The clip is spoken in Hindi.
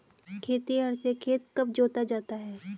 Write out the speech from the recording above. खेतिहर से खेत कब जोता जाता है?